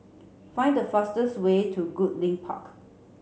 find the fastest way to Goodlink Park